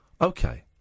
okay